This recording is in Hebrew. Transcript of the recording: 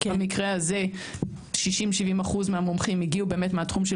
במקרה הזה 60%-70% מהמומחים הגיעו באמת מהתחום של